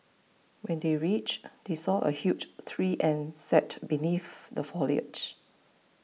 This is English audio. when they reached they saw a huge tree and sat beneath the foliage